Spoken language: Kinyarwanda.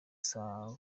saa